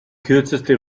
kürzeste